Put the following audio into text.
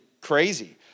crazy